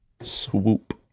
Swoop